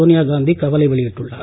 சோனியா காந்தி கவலை வெளியிட்டுள்ளார்